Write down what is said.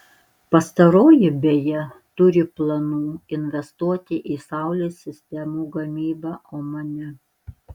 pastaroji beje turi planų investuoti į saulės sistemų gamybą omane